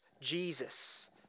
Jesus